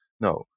No